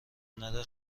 نده